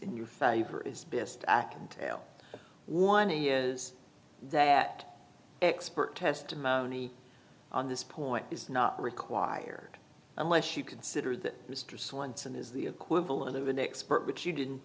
in your favor is best i can tell one is that expert testimony on this point is not required unless you consider that mr swenson is the equivalent of an expert